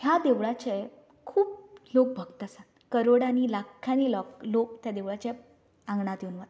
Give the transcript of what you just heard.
ह्या देवळाचे खूब देवभक्त आसात करोडानी लाखांनी लोक त्या देवळाच्या आंगणांत येवून वतात